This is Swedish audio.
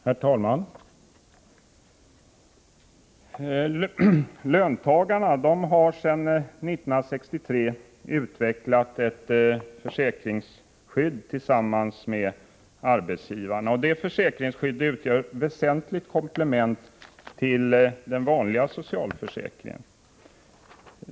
Herr talman! Löntagarna har sedan 1963 utvecklat ett försäkringsskydd tillsammans med arbetsgivarna, och det skyddet utgör ett väsentligt komplement till den vanliga socialförsäkringen.